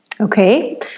Okay